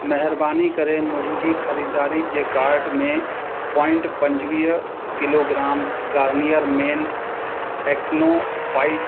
महिरबानी करे मुंहिंजी ख़रीदारी जे कार्ट में पॉइंट पंजिवीह किलोग्राम गार्नीयर मेन एक्नोफ़ाइट